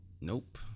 Nope